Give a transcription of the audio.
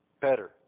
Better